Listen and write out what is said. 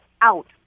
out